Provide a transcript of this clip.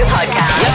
Podcast